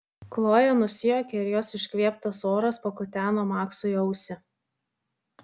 kloja nusijuokė ir jos iškvėptas oras pakuteno maksui ausį